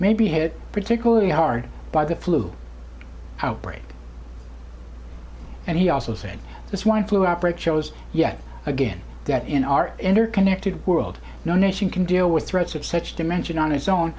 may be hit particularly hard by the flu outbreak and he also said the swine flu outbreak shows yet again that in our interconnected world no nation can deal with threats of such dimension on its own